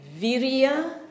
virya